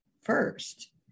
first